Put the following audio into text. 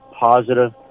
positive